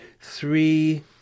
three